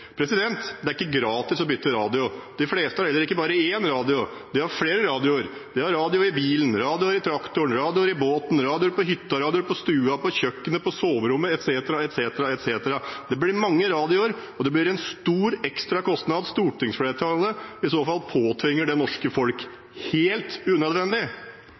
Det er ikke gratis å bytte radio. De fleste har heller ikke bare én radio, de har flere radioer. De har radio i bilen, i traktoren, i båten, på hytta, på stua, på kjøkkenet, på soverommet etc. Det blir mange radioer, og det blir en stor ekstra kostnad stortingsflertallet påtvinger det norske folk helt unødvendig.